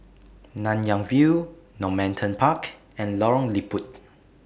Nanyang View Normanton Park and Lorong Liput